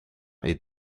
est